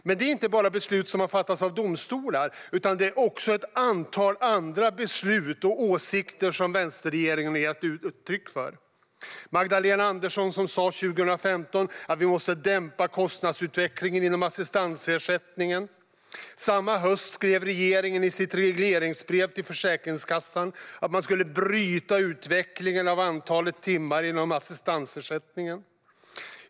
Men det handlar inte bara om beslut som har fattats av domstolar, utan det handlar också om ett antal andra beslut och om åsikter som vänsterregeringen har gett uttryck för. Magdalena Andersson sa 2015 att vi måste dämpa kostnadsutvecklingen inom assistansersättningen. Samma höst skrev regeringen i sitt regleringsbrev till Försäkringskassan att man skulle bryta utvecklingen av antalet timmar inom assistansersättningen.